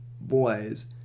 boys